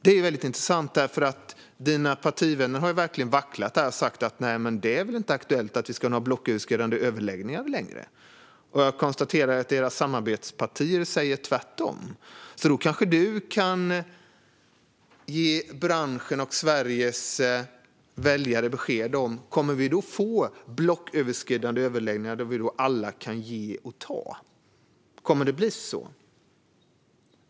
Det är intressant, för dina partivänner har verkligen vacklat och sagt att det inte längre är aktuellt med några blocköverskridande överläggningar. Och jag konstaterar att era samarbetspartier säger tvärtom. Du kanske kan ge branschen och de svenska väljarna besked. Kommer vi att få blocköverskridande överläggningar där vi alla kan ge och ta? Kommer det att bli så?